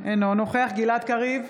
אינו נוכח גלעד קריב,